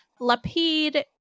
Lapid